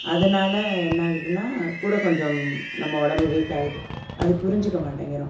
அதனால் என்ன ஆகுதுன்னால் கூட கொஞ்சம் நம்ம உடம்பு வீக்காகுது அது புரிஞ்சுக்க மாட்டேங்கிறோம்